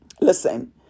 Listen